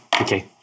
Okay